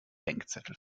denkzettel